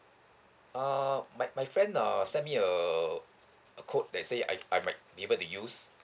err my my friend uh send me a a code let's say I I might be able to use